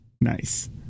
Nice